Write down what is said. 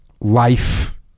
life